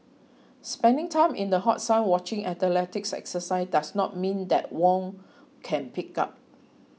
spending time in the hot sun watching athletes exercise does not mean that Wong can pig out